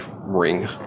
ring